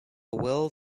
will